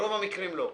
ברוב המקרים לא.